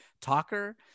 talker